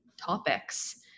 topics